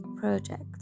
project